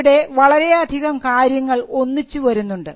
ഇവിടെ വളരെയധികം കാര്യങ്ങൾ ഒന്നിച്ചു വരുന്നുണ്ട്